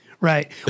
Right